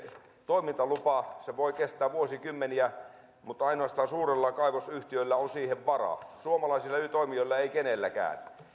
toimintalupa se voi kestää vuosikymmeniä mutta ainoastaan suurilla kaivosyhtiöillä on siihen varaa suomalaisilla eri toimijoilla ei kenelläkään eli